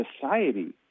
society